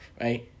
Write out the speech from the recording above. right